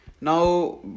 Now